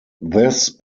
this